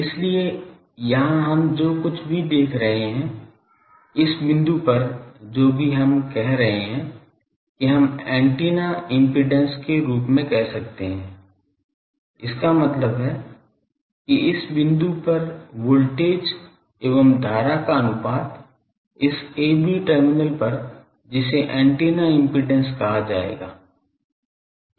इसलिए यहां हम जो कुछ भी देख रहे हैं इस बिंदु पर जो भी हम कह रहे हैं कि हम एंटेना इम्पीडेन्स के रूप में कह सकते हैं इसका मतलब है कि इस बिंदु पर वोल्टेज एवं धारा का अनुपात इस a b टर्मिनल पर जिसे एंटेना इम्पीडेन्स कहा जाएगा